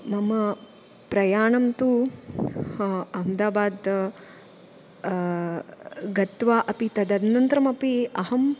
मम प्रयाणं तु अहमदाबाद् गत्वा अपि तदनन्तरमपि अहम्